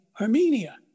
Armenia